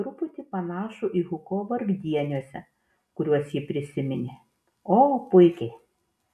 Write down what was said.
truputį panašų į hugo vargdieniuose kuriuos ji prisiminė o puikiai